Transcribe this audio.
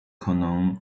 可能